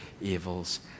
evils